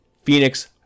phoenix